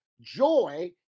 Joy